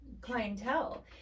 clientele